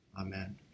Amen